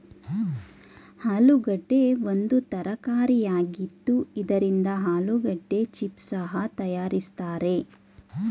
ಆಲೂಗೆಡ್ಡೆ ಒಂದು ತರಕಾರಿಯಾಗಿದ್ದು ಇದರಿಂದ ಆಲೂಗೆಡ್ಡೆ ಚಿಪ್ಸ್ ಸಹ ತರಯಾರಿಸ್ತರೆ